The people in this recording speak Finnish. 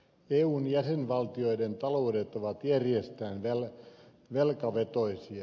eun jäsenvaltioiden taloudet ovat järjestään velkavetoisia